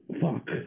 Fuck